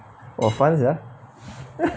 oh fast ah